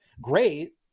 great